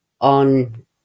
On